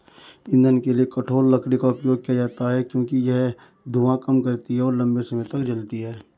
ईंधन के लिए कठोर लकड़ी का उपयोग किया जाता है क्योंकि यह धुआं कम करती है और लंबे समय तक जलती है